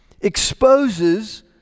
exposes